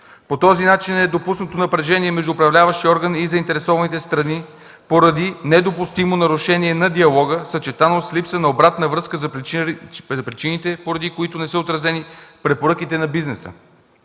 По този начин е допуснато напрежение между управляващия орган и заинтересованите страни поради недопустимо нарушение на диалога, съчетано с липса на обратна връзка за причините, поради които не са отразени препоръките на бизнеса.